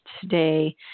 Today